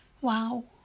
Wow